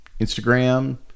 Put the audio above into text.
Instagram